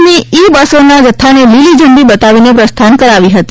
ની ઇ બસોના જથ્થાને લીલી ઝંડી બતાવીને પ્રસ્થાન કરાવી હતી